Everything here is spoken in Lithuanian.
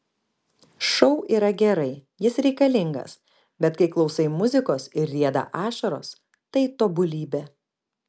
šou yra gerai jis reikalingas bet kai klausai muzikos ir rieda ašaros tai tobulybė